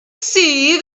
see